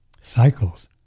cycles